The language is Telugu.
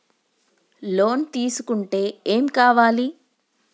లోన్ తీసుకుంటే ఏం కావాలి?